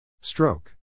stroke